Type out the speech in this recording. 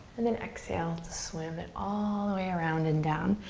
and then exhale to swim it all the way around and down.